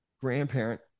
grandparent